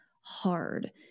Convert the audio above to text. hard